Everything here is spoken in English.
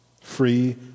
Free